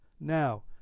Now